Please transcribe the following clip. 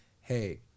hey